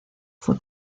fue